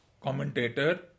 commentator